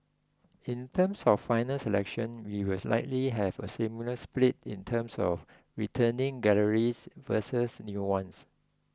in terms of final selection we will likely have a similar split in terms of returning galleries versus new ones